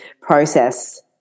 process